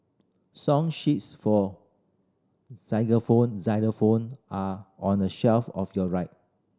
song sheets for xylophone xylophone are on the shelf of your right